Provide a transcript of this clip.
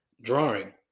drawing